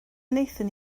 wnaethon